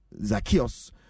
Zakios